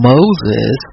Moses